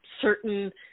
certain